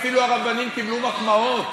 אפילו הרבנים קיבלו מחמאות.